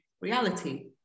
reality